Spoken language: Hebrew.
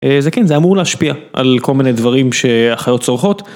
זה כן, זה אמור להשפיע על כל מיני דברים שהחיות צורכות.